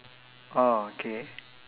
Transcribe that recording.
oh okay